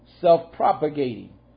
self-propagating